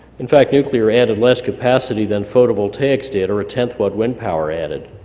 in fact, nuclear added less capacity than photovoltaics did, or a tenth what wind power added.